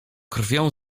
krwią